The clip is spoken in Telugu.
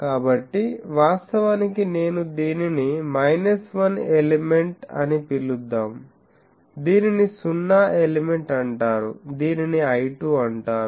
కాబట్టి వాస్తవానికి నేను దీనిని మైనస్ 1 ఎలిమెంట్ అని పిలుద్దాం దీనిని 0 ఎలిమెంట్ అంటారు దీనిని I2 అంటారు